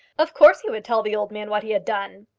of course, he would tell the old man what he had done.